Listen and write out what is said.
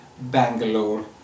Bangalore